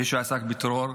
מי שעסק בטרור.